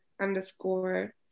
underscore